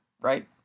right